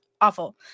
awful